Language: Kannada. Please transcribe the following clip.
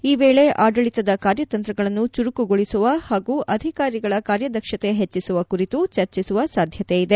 ಈ ವೇಳೆ ಆಡಳಿತದ ಕಾರ್ಯತಂತ್ರಗಳನ್ನು ಚುರುಕುಗೊಳಿಸುವ ಹಾಗೂ ಅಧಿಕಾರಿಗಳ ಕಾರ್ಯದಕ್ಷತೆ ಹೆಚ್ಚಿಸುವ ಕುರಿತು ಚರ್ಚಿಸುವ ಸಾಧ್ಯತೆ ಇದೆ